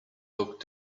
looked